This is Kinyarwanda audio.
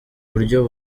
buryo